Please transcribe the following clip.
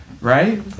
Right